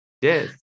Yes